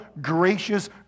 gracious